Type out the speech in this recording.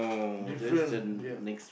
different ya